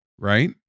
Right